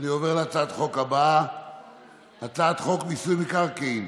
הצעת חוק מיסוי מקרקעין